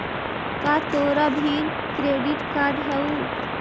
का तोरा भीर क्रेडिट कार्ड हउ?